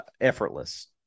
effortless